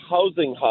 Housing